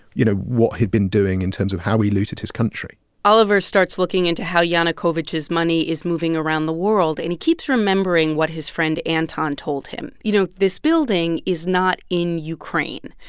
you know, what he'd been doing in terms of how he looted his country oliver starts looking into how yanukovych's money is moving around the world. and he keeps remembering what his friend anton told him. you know, this building is not in ukraine.